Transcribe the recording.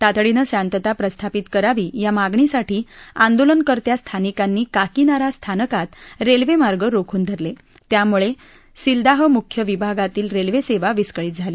तातडीनं शांतता प्रस्थापित करावी या मागणीसाठी आंदोलनकर्त्या स्थानिकांनी काकीनारा स्थानकात रेल्वेमार्ग रोखून धरले त्यामुळे सिल्दाह मुख्य विभागातली रेल्वेसेवा विस्कळीत झाली